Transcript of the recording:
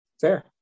Fair